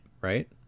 right